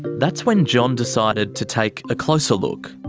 that's when john decided to take a closer look.